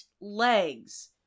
legs